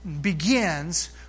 begins